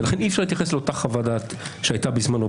ולכן אי-אפשר להתייחס לאותה חוות דעת שהייתה בזמנו,